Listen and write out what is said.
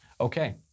Okay